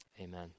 Amen